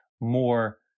more